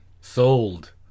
Sold